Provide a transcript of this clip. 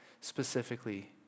specifically